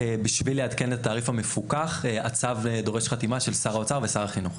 שבשביל לעדכן את התעריף המפוקח הצו דורש חתימה של שר האוצר ושר החינוך.